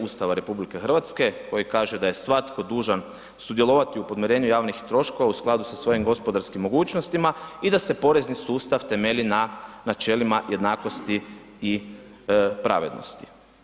Ustava RH koji kaže da je svatko dužan sudjelovati u podmirenju javnih troškova u skladu sa svojim gospodarskim mogućnostima i da se porezni sustav temelji na načelima jednakosti i pravednosti.